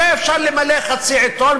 בזה אפשר למלא חצי עיתון,